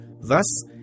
Thus